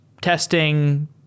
testing